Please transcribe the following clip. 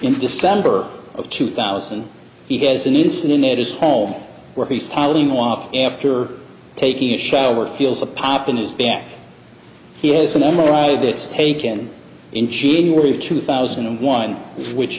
in december of two thousand he has an incident that is home where he's tiling off after taking a shower feels a pop in his back he has an m r i that's taken in january of two thousand and one which